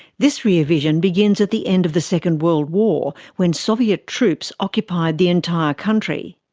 this rear vision begins at the end of the second world war, when soviet troops occupied the entire country.